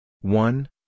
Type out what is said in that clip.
one